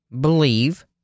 believe